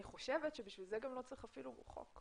אני חושבת שלשם כך לא צריך אפילו חוק.